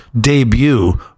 debut